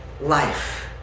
life